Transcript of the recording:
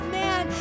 man